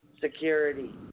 Security